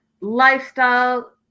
lifestyle